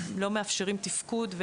לא מאפשרים תפקוד,